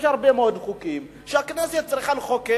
יש הרבה מאוד חוקים שהכנסת צריכה לחוקק,